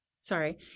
sorry